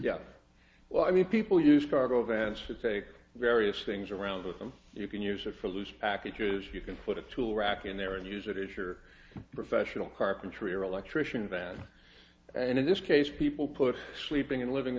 is well i mean people use cargo van should take various things around with them you can use it for loose packages you can put a tool rack in there and use it as your professional carpentry or electrician van and in this case people put sleeping in living